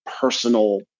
personal